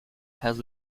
has